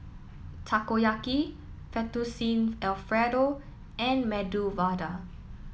Takoyaki Fettuccine Alfredo and Medu Vada